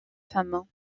femme